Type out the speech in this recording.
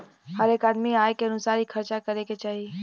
हरेक आदमी के आय के अनुसार ही खर्चा करे के चाही